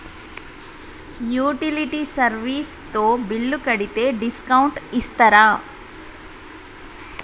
Utility service తో bill కడితే discount ఇస్తరా?